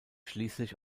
schließlich